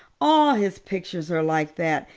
all his pictures are like that,